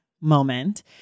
moment